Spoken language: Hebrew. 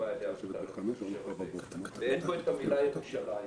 ואין בו את המילה ירושלים.